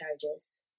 charges